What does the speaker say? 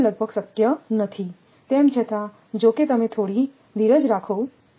તેથી તે લગભગ શક્ય નથી તેમ છતાં જોકે તમે થોડી ધીરજ રાખો